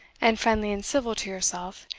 and friendly and civil to yourself,